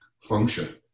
function